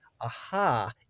aha